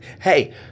Hey